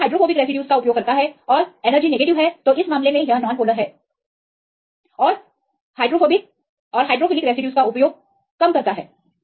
तो जब यह हाइड्रोफोबिक रेसिड्यूज का उपयोग करता है और ऊर्जा के लिए नेगेटिव है इस मामले में यह नॉन पोलर और हाइड्रोफिलिक रेसिड्यूज का उपयोग करने के लिए कम है